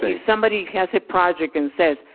if somebody has a project and says,